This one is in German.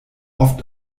oft